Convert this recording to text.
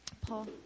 Paul